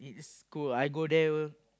is cold lah I go there